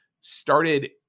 started